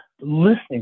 listening